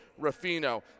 Rafino